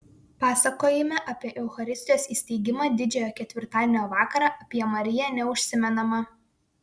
pasakojime apie eucharistijos įsteigimą didžiojo ketvirtadienio vakarą apie mariją neužsimenama